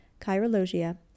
Chirologia